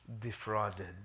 defrauded